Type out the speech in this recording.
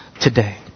today